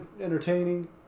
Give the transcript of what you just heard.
entertaining